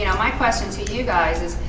you know my question to you guys is,